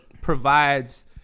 provides